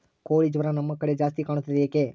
ಕೋಳಿ ಜ್ವರ ನಮ್ಮ ಕಡೆ ಜಾಸ್ತಿ ಕಾಣುತ್ತದೆ ಏಕೆ?